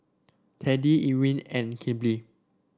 Teddie Irwin and Kelby